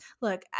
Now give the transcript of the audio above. look